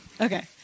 Okay